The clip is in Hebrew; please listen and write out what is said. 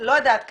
יודעת כמה,